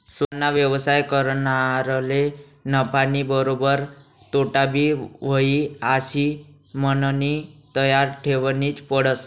सोताना व्यवसाय करनारले नफानीबरोबर तोटाबी व्हयी आशी मननी तयारी ठेवनीच पडस